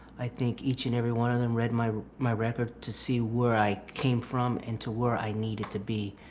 i think each and every one of them read my my record to see where i came from and to where i needed to be.